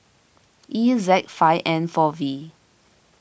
E Z five N four V